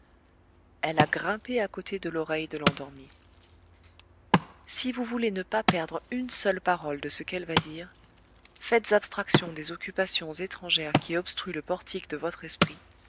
elle a grimpé à côté de l'oreille de l'endormi si vous voulez ne pas perdre une seule parole de ce qu'elle va dire faites abstraction des occupations étrangères qui obstruent le portique de votre esprit